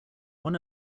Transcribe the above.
one